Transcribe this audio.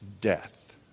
death